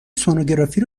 سنوگرافی